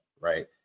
right